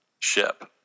Ship